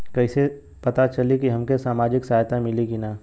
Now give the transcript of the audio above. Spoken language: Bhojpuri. कइसे से पता चली की हमके सामाजिक सहायता मिली की ना?